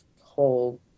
whole